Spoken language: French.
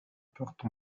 portes